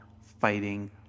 fighting